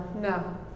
no